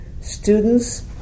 students